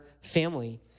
family